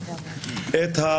תודה.